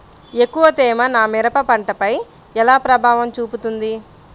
ఎక్కువ తేమ నా మిరప పంటపై ఎలా ప్రభావం చూపుతుంది?